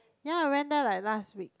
ya I went there like last week